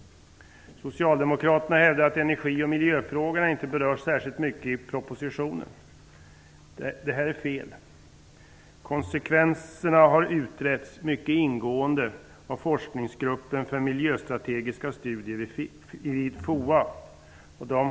Socialdemokraterna hävdar att energi och miljöfrågorna inte berörs särskilt mycket i propositionen. Det är fel. Konsekvenserna har utretts mycket ingående av forskningsgruppen för miljöstrategiska studier vid FOA.